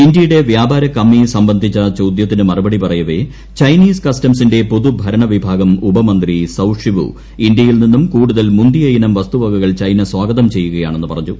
ഇന്ത്യയുടെ വ്യാപാര കമ്മി സംബന്ധിച്ച ചോദ്യത്തിന് മറുപടി പറയവേ ചൈനീസ് കസ്റ്റംസിന്റെ പൊതുഭരണ വിഭാഗം ഉപമന്ത്രി സൌഷിവു ഇന്ത്യയിൽ നിന്നും കൂടുതൽ മുന്തിയ ഇനം വസ്തുവകകൾ ചൈന സ്വാഗതം ചെയ്യുകയാണെന്ന് പറഞ്ഞു